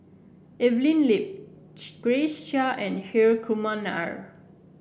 Evelyn Lip Grace Chia and Hri Kumar Nair